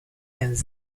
and